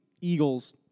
Eagles